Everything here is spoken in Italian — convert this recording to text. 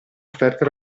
offerta